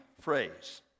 phrase